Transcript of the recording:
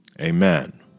Amen